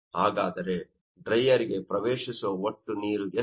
ಹಾಗಾದರೆ ಡ್ರೈಯರ್ಗೆ ಪ್ರವೇಶಿಸುವ ಒಟ್ಟು ನೀರು ಎಷ್ಟು